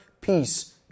peace